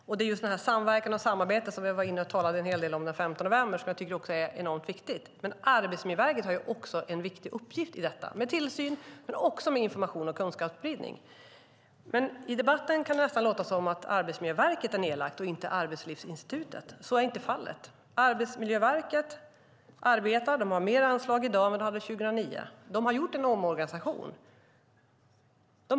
Det var just samverkan och samarbete som vi talade en hel del om den 5 november och som är enormt viktigt. Arbetsmiljöverket har en viktig uppgift när det gäller tillsyn men också information och kunskapsspridning. I debatten kan det nästan låta som att det är Arbetsmiljöverket och inte Arbetslivsinstitutet som är nedlagt. Så är inte fallet. Arbetsmiljöverket arbetar och har större anslag i dag än de hade 2009. De har gjort en omorganisation.